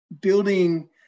building